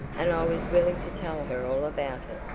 and i was willing to tell her all about it,